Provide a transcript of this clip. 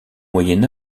moyen